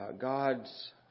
God's